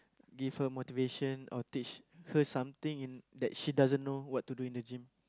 give her motivation or teach her something in that she doesn't know what to do in the gym